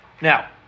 Now